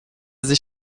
sich